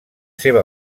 seva